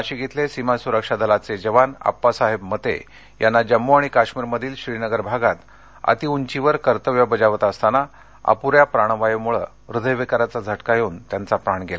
शहिद नाशिक नाशिक इथले सीमा सुरक्षा दलाचे जवान आप्पासाहेब मते यांना जम्मू काश्मीरमधील श्रीनगर भागात अतिउंचीवर कर्तव्य बजावत असताना अपुऱ्या प्राणवायुमुळे हृदयविकाराचा झटका येऊन त्यांचा प्राण गेला